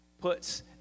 puts